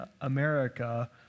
America